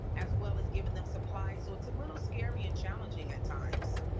as well as giving them supplies. so, it's a little scary and challenging at times.